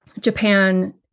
Japan